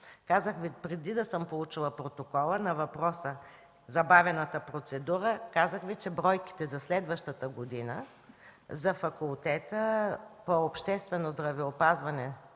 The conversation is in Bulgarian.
процедури. Преди да съм получила протокола, на въпроса за бавената процедура, казах Ви, че бройките за следващата година за Факултета по обществено здравеопазване